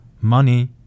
Money